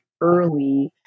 early